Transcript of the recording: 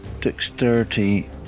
Dexterity